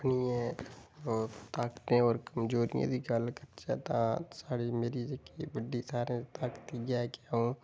अपनियें ताकतें और कमजोरियें दी गल्ल करचै तां साढ़ी मेरी जेह्की बड्डी सारे शां ताकत इयै ऐ कि आ'ऊं